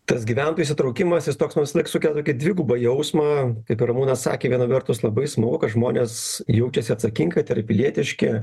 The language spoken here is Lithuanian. tas gyventojų įsitraukimas jis toks man visąlaik sukelia dvigubą jausmą kaip ir ramūnas sakė viena vertus labai smagu kad žmonės jaučiasi atsakingai tai yra pilietiški